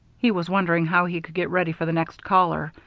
he was wondering how he could get ready for the next caller,